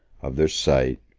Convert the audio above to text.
of their sight,